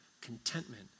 contentment